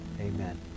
amen